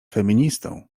feministą